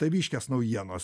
taviškės naujienos